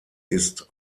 ist